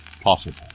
possible